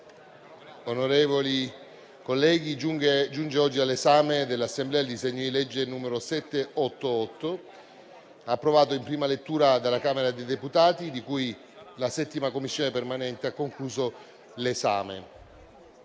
onorevoli colleghi, giunge oggi all'esame dell'Assemblea il disegno di legge n. 788, approvato in prima lettura dalla Camera dei deputati, di cui la 7a Commissione permanente ha concluso l'esame